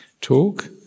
talk